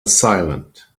silent